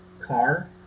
car